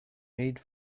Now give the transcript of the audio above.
made